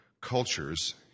cultures